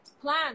plan